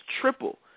triple